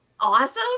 awesome